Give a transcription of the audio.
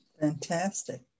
Fantastic